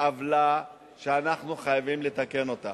עוולה שאנחנו חייבים לתקן אותה,